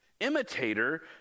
imitator